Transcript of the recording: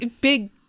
big